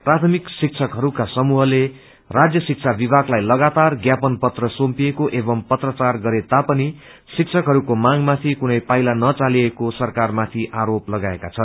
प्राथमिक शिक्षकहरूका समूहले राज्य शिक्षा विभागलाई लगातार न्नापन पत्र सुम्पिएको एवं पत्राचार गरे तापनि शिक्षकहरूको मागमाथि कुनै पाइला नचालिएको सरकारमाथि आरोप लगाएका छन्